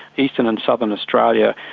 eastern and southern australia,